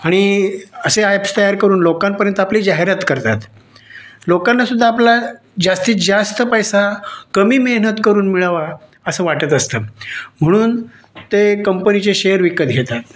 आणि असे अॅप्स तयार करून लोकांपर्यंत आपली जाहिरात करतात लोकांनासुद्धा आपला जास्तीत जास्त पैसा कमी मेहनत करून मिळावा असं वाटत असतं म्हणून ते कंपनीचे शेअर विकत घेतात